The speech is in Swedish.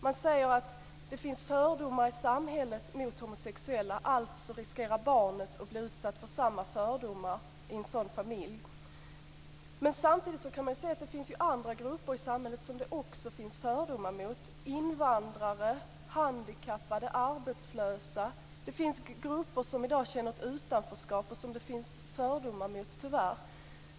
Det sägs att det finns fördomar i samhället mot homosexuella, alltså riskerar barnet att bli utsatt för samma fördomar i en sådan familj. Samtidigt kan man se att det finns andra grupper i samhället som det också finns fördomar mot: Det finns grupper som i dag känner ett utanförskap och som det tyvärr finns fördomar mot.